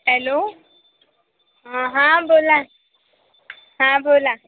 hello हा बोला हा बोला